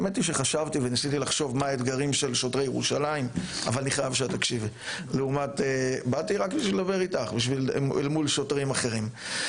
האמת שחשבתי מה האתגרים של שוטרי ירושלים לעומת שוטרים אחרים.